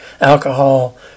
alcohol